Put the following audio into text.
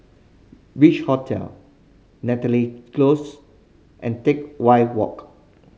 Beach Hotel Namly Close and Teck Whye Walk